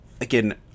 Again